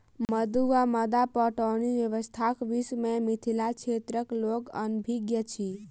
मद्दु वा मद्दा पटौनी व्यवस्थाक विषय मे मिथिला क्षेत्रक लोक अनभिज्ञ अछि